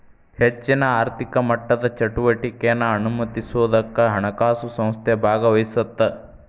ಹೆಚ್ಚಿನ ಆರ್ಥಿಕ ಮಟ್ಟದ ಚಟುವಟಿಕೆನಾ ಅನುಮತಿಸೋದಕ್ಕ ಹಣಕಾಸು ಸಂಸ್ಥೆ ಭಾಗವಹಿಸತ್ತ